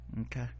okay